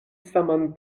saman